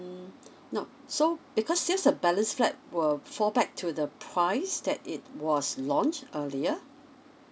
mm no so because sales of balance flat will fall back to the price that it was launched earlier